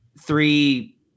three